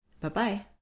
Bye-bye